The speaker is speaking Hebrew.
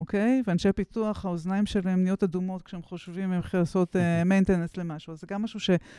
אוקיי? ואנשי פיתוח, האוזניים שלהם נהיות אדומות כשהם חושבים כשהם חושבים איך לעשות מיינטננס למשהו. אז זה גם משהו ש...